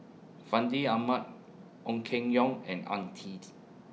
Fandi Ahmad Ong Keng Yong and Ang Tee